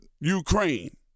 Ukraine